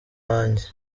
wanjye